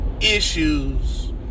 issues